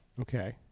Okay